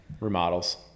Remodels